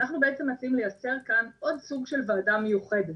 אנחנו בעצם מציעים לייצר כאן עוד סוג של ועדה מיוחדת.